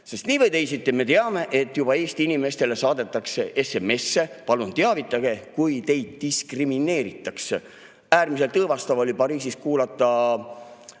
sest nii või teisiti me teame, et Eesti inimestele saadetakse juba SMS‑e: palun teavitage, kui teid diskrimineeritakse. Äärmiselt õõvastav oli Pariisis kuulata